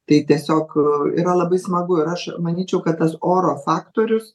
tai tiesiog yra labai smagu ir aš manyčiau kad tas oro faktorius